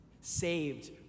saved